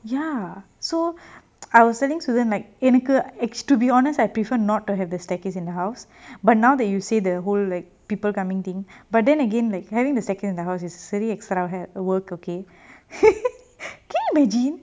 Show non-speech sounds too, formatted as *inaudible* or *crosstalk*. ya so I was telling suden like எனக்கு:enaku ex to be honest I prefer not to have the staircase in the house but now that you say the whole like people coming thing but then again like having the staircase in the house is silly extra hard work okay *laughs* can you imagine